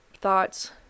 thoughts